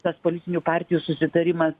tas politinių partijų susitarimas